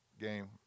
game